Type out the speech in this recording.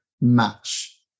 match